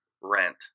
rent